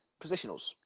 positionals